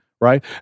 right